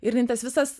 ir jinai tas visas